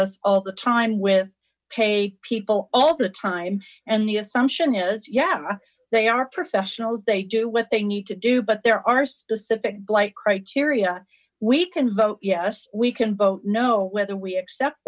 us all the time with pay people all the time and the assumption is yeah they are professionals they do what they need to do but there are specific criteria we can vote yes we can vote no whether we accept